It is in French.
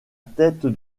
tête